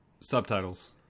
Subtitles